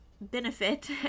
benefit